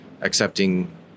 accepting